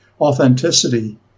authenticity